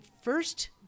first